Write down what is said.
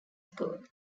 school